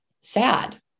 sad